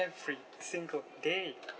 every single day